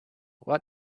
what